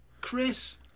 Chris